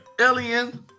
alien